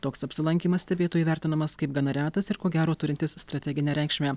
toks apsilankymas stebėtojų vertinamas kaip gana retas ir ko gero turintis strateginę reikšmę